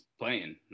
playing